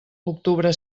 octubre